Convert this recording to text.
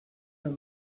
your